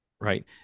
right